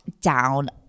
down